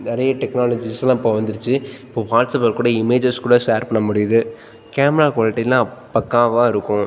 நிறைய டெக்னாலஜிஸ்செல்லாம் இப்போ வந்துடுச்சி இப்போது வாட்ஸ்அப்பில் கூட இமேஜஸ் கூட ஷேர் பண்ண முடியுது கேமரா குவாலிட்டியெல்லாம் பக்காவாக இருக்கும்